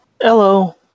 Hello